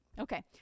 Okay